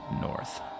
north